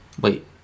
Wait